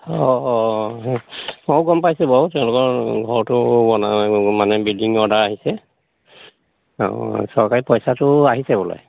অঁ অঁ মইও গম পাইছোঁ বাৰু তেওঁলোকৰ ঘৰটো বনাই মানে বিল্ডিং অৰ্ডাৰ আহিছে অঁ চৰকাৰী পইচাটো আহিছে বোলে